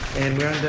and we're